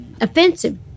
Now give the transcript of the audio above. offensive